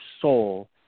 soul